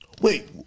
Wait